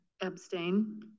Abstain